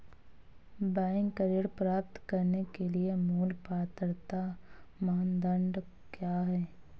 Bank ऋण प्राप्त करने के लिए मूल पात्रता मानदंड क्या हैं?